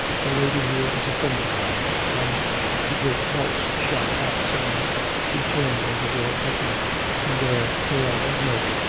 the lady here is a friend of mine and the great bolts shot back suddenly he turned as the door opened and there, pale as milk,